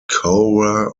cora